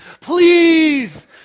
please